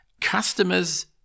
customers